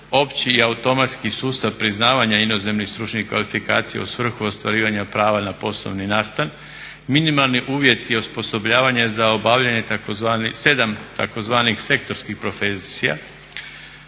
opći i automatski sustav priznavanja inozemnih stručnih kvalifikacija u svrhu ostvarivanja prava na poslovni nastan, minimalni uvjeti osposobljavanja za obavljanje 7 tzv. sektorskih profesija,